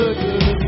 good